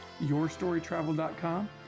yourstorytravel.com